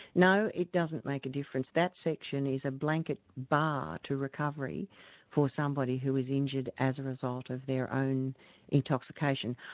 no, it doesn't make a difference. that section is a blanket bar to recovery for somebody who is injured as a result of their own intoxication.